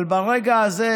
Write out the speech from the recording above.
אבל ברגע הזה,